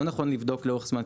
לא נכון לבדוק לאורך זמן,